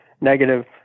negative